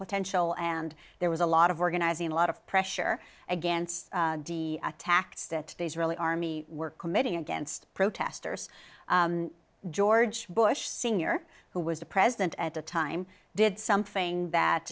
potential and there was a lot of organizing a lot of pressure against the attacks that the israeli army were committing against protesters george bush sr who was the president at the time did something that